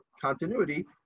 continuity